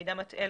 מידע מטעה,